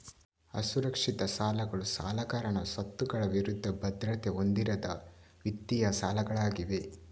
ಅಸುರಕ್ಷಿತ ಸಾಲಗಳು ಸಾಲಗಾರನ ಸ್ವತ್ತುಗಳ ವಿರುದ್ಧ ಭದ್ರತೆ ಹೊಂದಿರದ ವಿತ್ತೀಯ ಸಾಲಗಳಾಗಿವೆ